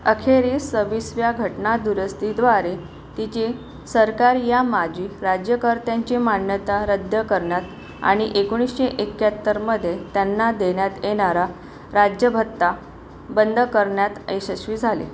अखेरीस सव्वीसव्या घटनादुरूस्तीद्वारे तिची सरकार या माजी राज्यकर्त्यांची मान्यता रद्द करण्यात आणि एकोणीसशे एक्याहत्तरमध्ये त्यांना देण्यात येणारा राज्यभत्ता बंद करण्यात यशस्वी झाले